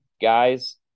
guys